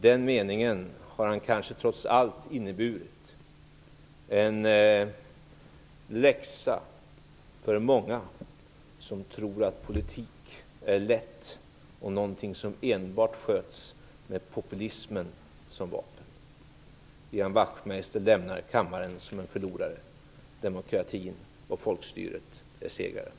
Men det har trots allt inneburit en läxa för många som tror att politik är lätt och någonting som enbart sköts med populismen som vapen. Ian Wachtmeister lämnar kammaren som en förlorare. Demokratin och folkstyret är segraren.